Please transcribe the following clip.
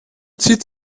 zieht